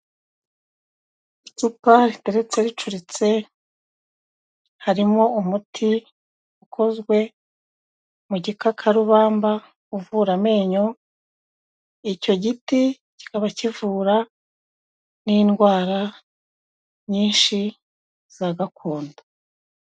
Icupa riteretse ricuritse, harimo umuti ukozwe mu gikakarubamba uvura amenyo, icyo giti kikaba kivura n'indwara nyinshi za gakondo.